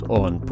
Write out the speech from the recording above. on